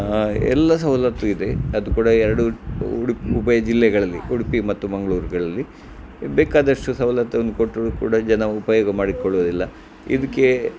ಎಲ್ಲ ಸವಲತ್ತು ಇದೆ ಅದು ಕೂಡ ಎರಡು ಉಡುಪಿ ಉಭಯ ಜಿಲ್ಲೆಗಳಲ್ಲಿ ಉಡುಪಿ ಮತ್ತು ಮಂಗಳೂರುಗಳಲ್ಲಿ ಬೇಕಾದಷ್ಟು ಸವಲತ್ತನ್ನು ಕೊಟ್ಟರು ಕೂಡ ಜನ ಉಪಯೋಗ ಮಾಡಿಕೊಳ್ಳುವುದಿಲ್ಲ ಇದಕ್ಕೆ